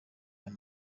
ayo